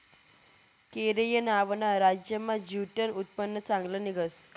केरय नावना राज्यमा ज्यूटनं उत्पन्न चांगलं निंघस